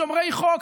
שומרי חוק,